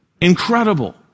Incredible